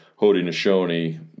Haudenosaunee